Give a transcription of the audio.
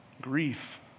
grief